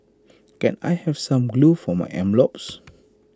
can I have some glue for my envelopes